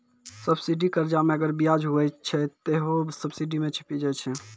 subsidy कर्जा मे अगर बियाज हुवै छै ते हौ सब्सिडी मे छिपी जाय छै